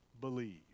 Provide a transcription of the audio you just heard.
Believe